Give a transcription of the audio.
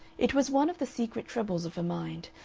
it was one of the secret troubles of her mind,